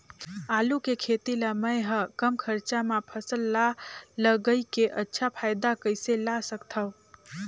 आलू के खेती ला मै ह कम खरचा मा फसल ला लगई के अच्छा फायदा कइसे ला सकथव?